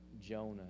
Jonah